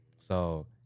So-